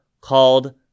called